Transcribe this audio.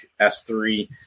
S3